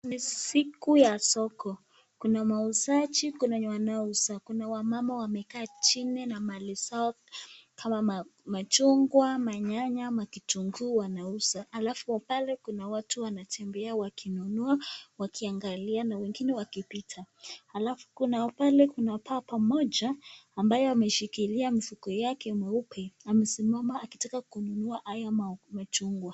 Ni siku ya soko. Kuna mauzaji kuna wenye wanauza, kuna wamama wenye wamekaa chini na mali zao kama machungwa manyanya, makitunguu wanauza. Alafu pale kuna watu wanatembea wakinunua, wakiangalia na wengine wakipita. Alafu kuna pale kuna baba mmoja ambaye ameshikilia mfuko yake mweupe amesimama anataka kununua haya machungwa.